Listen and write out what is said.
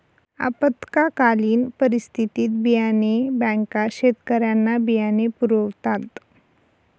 आपत्कालीन परिस्थितीत बियाणे बँका शेतकऱ्यांना बियाणे पुरवतात